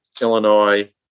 Illinois